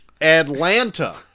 Atlanta